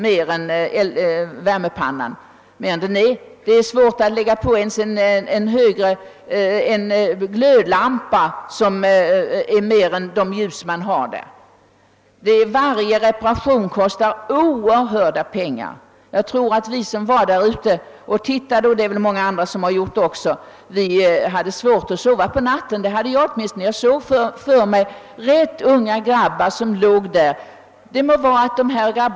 Det går knappast att ens sätta i en starkare glödlampa än de man har. Varje reparation kostar oerhörda pengar. Jag tror att vi som var där ute — många andra har väl också sett på förhållandena — hade svårt att sova på natten. Det hade åtminstone jag; jag såg för mig rätt unga grabbar som måste vistas i en sådan miljö.